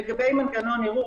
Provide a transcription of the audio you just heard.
לגבי מנגנון ערעור,